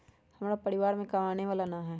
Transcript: हमरा परिवार में कमाने वाला ना है?